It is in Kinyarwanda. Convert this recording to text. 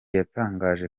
yatangaje